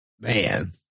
Man